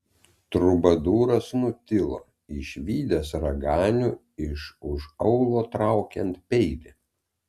trubadūras nutilo išvydęs raganių iš už aulo traukiant peilį